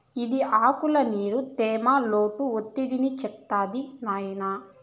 ఇది ఆకుల్ల నీరు, తేమ, లోటు ఒత్తిడిని చెప్తాది నాయినా